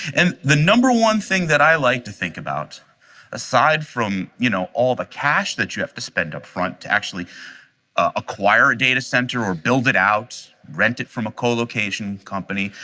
and the number one thing that i like to think about aside from you know all the cash that you have to spend upfront to actually acquire data center or build it out, rent it from a co-location company,